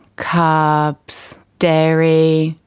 carbs, dairy,